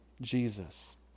Jesus